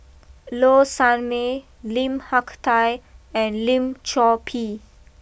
Low Sanmay Lim Hak Tai and Lim Chor Pee